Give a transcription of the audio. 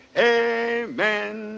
amen